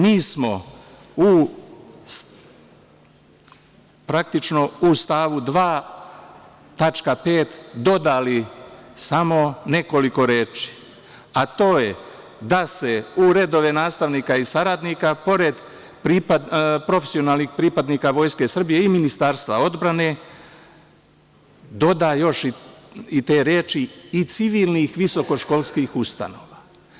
Mi smo praktično u stavu 2. tačka 5. dodali samo nekoliko reči, a to je da se u redove nastavnika i saradnika pored profesionalnih pripadnika Vojske Srbije i Ministarstva odbrane dodaju i te reči – i civilnih visokoškolskih ustanova.